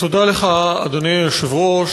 תודה לך, אדוני היושב-ראש.